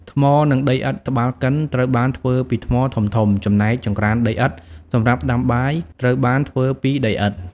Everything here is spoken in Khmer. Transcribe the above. ថ្ម និងដីឥដ្ឋ ត្បាល់កិន ត្រូវបានធ្វើពីថ្មធំៗ ចំណែក ចង្ក្រានដីឥដ្ឋ សម្រាប់ដាំបាយត្រូវបានធ្វើពីដីឥដ្ឋ។